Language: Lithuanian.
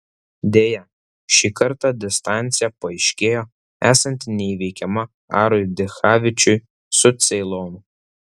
deja šį kartą distancija paaiškėjo esanti neįveikiama arui dichavičiui su ceilonu